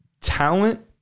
talent